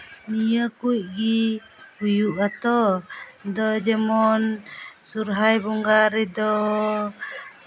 ᱱᱤᱭᱟᱹ ᱠᱚᱜᱮ ᱦᱩᱭᱩᱜ ᱟᱛᱚ ᱤᱧ ᱫᱚ ᱡᱮᱢᱚᱱ ᱥᱚᱨᱦᱟᱭ ᱵᱚᱸᱜᱟ ᱨᱮᱫᱚ